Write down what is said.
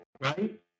Right